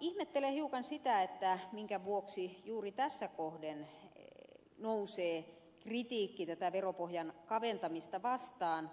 ihmettelen hiukan sitä minkä vuoksi juuri tässä kohden nousee kritiikki tätä veropohjan kaventamista vastaan